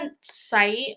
site